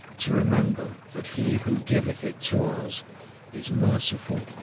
to remember that he who giveth it to us is merciful,